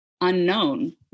unknown